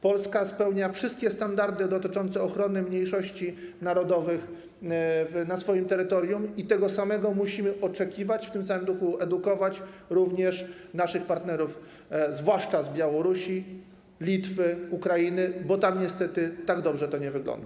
Polska spełnia wszystkie standardy dotyczące ochrony mniejszości narodowych na swoim terytorium i tego samego musimy oczekiwać, w tym samym duchu edukować również naszych partnerów, zwłaszcza z Białorusi, Litwy, Ukrainy, bo tam niestety tak dobrze to nie wygląda.